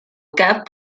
cap